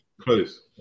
close